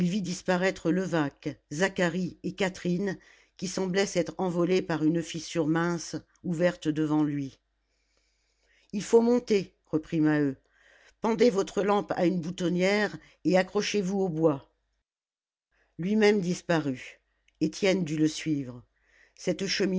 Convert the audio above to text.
disparaître levaque zacharie et catherine qui semblaient s'être envolés par une fissure mince ouverte devant lui il faut monter reprit maheu pendez votre lampe à une boutonnière et accrochez vous aux bois lui-même disparut étienne dut le suivre cette